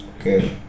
Okay